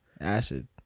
acid